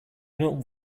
not